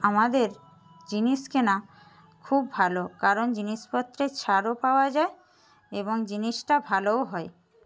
আমাদের জিনিস কেনা খুব ভালো কারণ জিনিসপত্রে ছাড়ও পাওয়া যায় এবং জিনিসটা ভালোও হয়